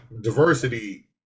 diversity